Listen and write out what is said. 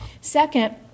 Second